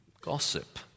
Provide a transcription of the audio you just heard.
gossip